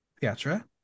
Pietra